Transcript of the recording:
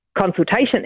consultation